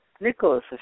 Nicholas